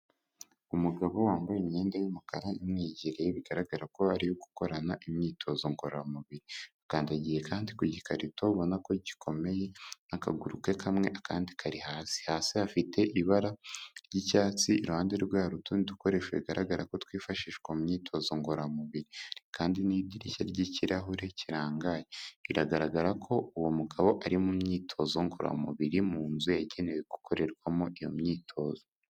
Umugabo wambaye imyenda y'umukara imwegereye, bigaragara ko ari iyo gukorana imyitozo ngororamubiri. Akandagiye kandi ku gikarito ubona ko gikomeye n'akaguru ke kamwe akandi kari hasi. Hasi hafite ibara ry'icyatsi. Iruhande rwe hari utundi dukoresho bigaragara ko twifashishwa mu myitozo ngororamubiri kandi n'idirishya ry'ikirahure kirangaye. Biragaragara ko uwo mugabo ari mu myitozo ngororamubiri mu nzu yagenewe gukorerwamo iyo myitozo.